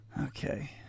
Okay